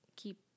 Keep